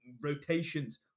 rotations